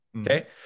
Okay